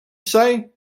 say